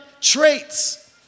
traits